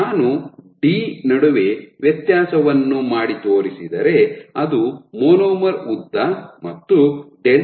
ನಾನು ಡಿ ನಡುವೆ ವ್ಯತ್ಯಾಸವನ್ನು ಮಾಡಿ ತೋರಿಸಿದರೆ ಅದು ಮೊನೊಮರ್ ಉದ್ದ ಮತ್ತು ಡೆಲ್ಟಾ ಆಗಿರುತ್ತದೆ